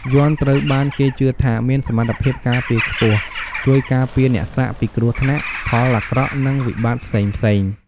យ័ន្តត្រូវបានគេជឿថា មានសមត្ថភាពការពារខ្ពស់ ជួយការពារអ្នកសាក់ពីគ្រោះថ្នាក់ ផលអាក្រក់ និងវិបត្តិផ្សេងៗ។